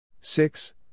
Six